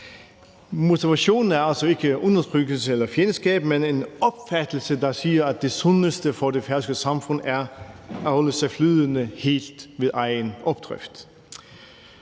Motivationen er altså ikke undertrykkelse eller fjendskab, men en opfattelse af, at det sundeste for det færøske samfund er at holde sig flydende helt ved egen opdrift.